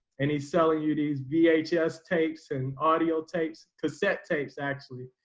and he's selling you these vhs tapes and audio tapes cassette tapes actually.